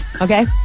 Okay